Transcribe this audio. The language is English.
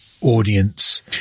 audience